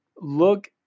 look